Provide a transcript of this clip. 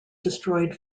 destroyed